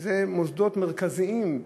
זה מוסדות קיצוניים,